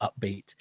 upbeat